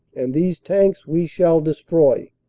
and these tanks we shall destroy.